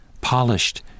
polished